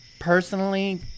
Personally